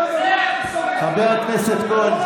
חבר הכנסת כהן,